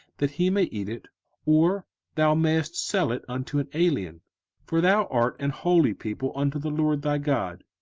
that he may eat it or thou mayest sell it unto an alien for thou art an holy people unto the lord thy god.